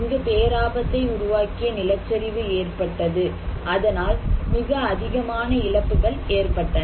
இங்கு பேராபத்தை உருவாக்கிய நிலச்சரிவு ஏற்பட்டது அதனால் மிக அதிகமான இழப்புகள் ஏற்பட்டன